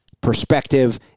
perspective